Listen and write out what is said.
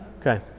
Okay